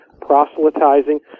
proselytizing